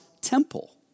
temple